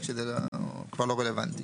שזה כבר לא רלוונטיץ